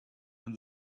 and